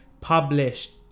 published